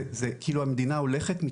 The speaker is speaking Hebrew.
זה כאילו המדינה הולכת,